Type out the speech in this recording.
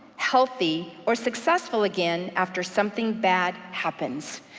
healthy, or successful again after something bad happens.